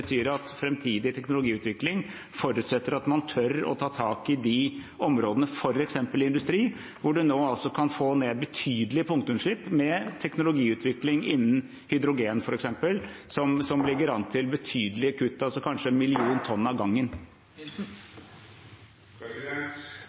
at framtidig teknologiutvikling forutsetter at man tør å ta tak i de områdene, f.eks. industri, hvor man nå altså kan få ned betydelige punktutslipp med teknologiutvikling innen f.eks. hydrogen, som legger an til betydelige kutt , kanskje 1 mill. tonn av gangen.